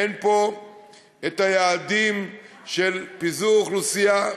אין פה היעדים של פיזור אוכלוסייה,